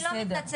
אני לא מתנצלת,